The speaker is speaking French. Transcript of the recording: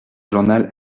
journal